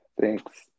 thanks